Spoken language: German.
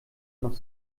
noch